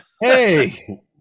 hey